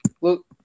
look